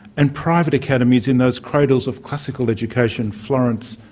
and private academies in those cradles of classical education florence,